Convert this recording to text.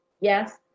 yes